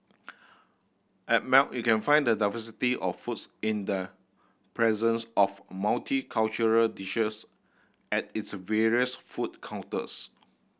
at Melt you can find the diversity of foods in the presence of multicultural dishes at its various food counters